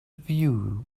view